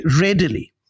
readily